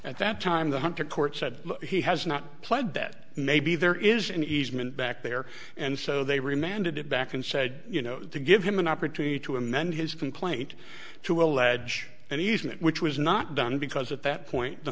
at that time the hunter court said he has not played that maybe there is an easement back there and so they remanded it back and said you know to give him an opportunity to amend his complaint to allege an easement which was not done because at that point the